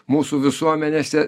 mūsų visuomenėse